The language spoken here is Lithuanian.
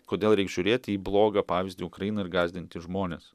kodėl reik žiūrėti į blogą pavyzdį ukrainoj ir gąsdinti žmones